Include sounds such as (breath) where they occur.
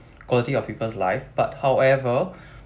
quality of people's life but however (breath)